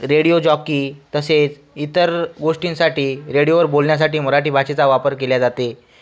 radio jockey तसेच इतर गोष्टींसाठी रेडिओवर बोलण्यासाठी मराठी भाषेचा वापर केला जाते